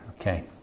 Okay